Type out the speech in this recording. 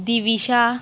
Divisha